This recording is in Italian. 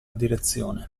direzione